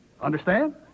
Understand